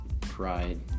pride